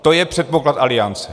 To je předpoklad aliance.